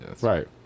Right